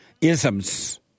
isms